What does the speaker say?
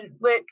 work